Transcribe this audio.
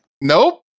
nope